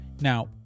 Now